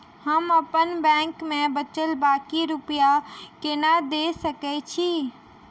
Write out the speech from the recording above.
हम अप्पन बैंक मे बचल बाकी रुपया केना देख सकय छी?